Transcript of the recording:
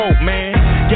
man